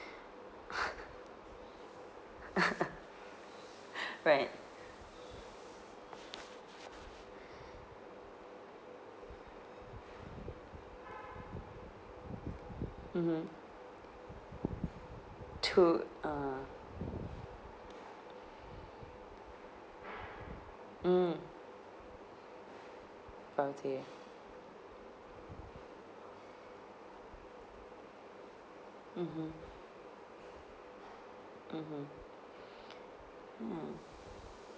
right mmhmm too uh mm healthy mmhmm mmhmm ya